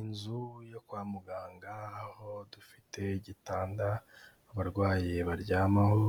Inzu yo kwa muganga, aho dufite igitanda abarwayi baryamaho,